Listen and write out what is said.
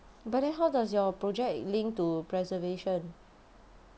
but then how does your project link to preservation